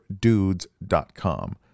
dudes.com